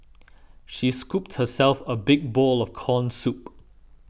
she scooped herself a big bowl of Corn Soup